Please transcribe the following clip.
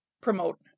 promote